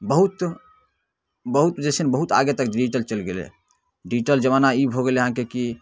बहुत बहुत जे छै बहुत आगे तक डिजिटल चलि गेलै डिजिटल जमाना ई भऽ गेल अहाँके कि